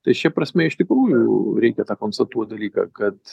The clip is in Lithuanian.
tai šia prasme iš tikrųjų reikia tą konstatuot dalyką kad